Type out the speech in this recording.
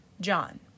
John